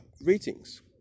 ratings